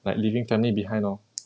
like leaving family behind lor